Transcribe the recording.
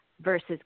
versus